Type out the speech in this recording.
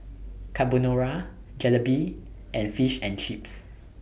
Carbonara Jalebi and Fish and Chips